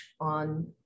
on